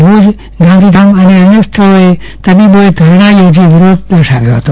ભુજ ગાંધીધામ અને અન્ય સ્થળોએ તબીબોએ ધરણા થોજી વિરોધ દર્શાવ્યો હતો